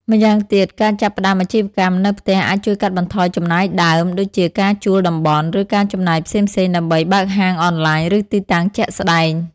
ម្យ៉ាងទៀត ការចាប់ផ្តើមអាជីវកម្មនៅផ្ទះអាចជួយកាត់បន្ថយចំណាយដើម ដូចជាការជួលតំបន់ ឬការចំណាយផ្សេងៗដើម្បីបើកហាងអនឡាញឬទីតាំងជាក់ស្តែង។